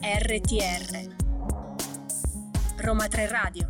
RTR, Roma Tre Radio.